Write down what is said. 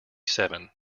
seven